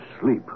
sleep